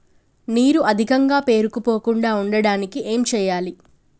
నీరు అధికంగా పేరుకుపోకుండా ఉండటానికి ఏం చేయాలి?